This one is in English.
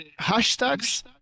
Hashtags